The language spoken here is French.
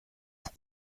vous